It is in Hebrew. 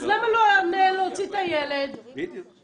למה המנהל לא הוציא את הילד החוצה?